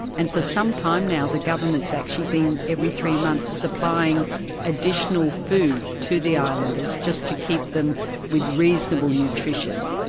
and for some time now the government's actually been, every three months, supplying additional food to the islanders just to keep them with reasonable nutrition.